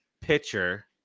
pitcher